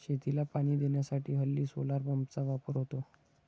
शेतीला पाणी देण्यासाठी हल्ली सोलार पंपचा वापर होतो